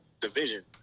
division